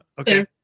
okay